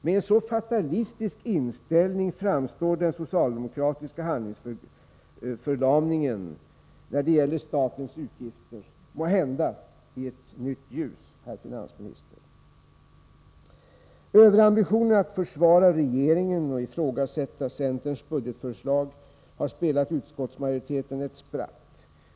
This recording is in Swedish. Med en så fatalistisk inställning framstår den socialdemokratiska handlingsförlamningen när det gäller statens utgifter måhända i ett nytt ljus. Överambitionen att försvara regeringen och ifrågasätta centerns budgetförslag har spelat utskottsmajoriteten ett spratt.